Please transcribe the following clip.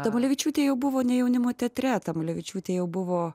tamulevičiūtė jau buvo ne jaunimo teatre tamulevičiūtė jau buvo